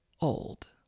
old